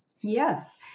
Yes